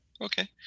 Okay